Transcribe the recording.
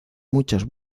muchas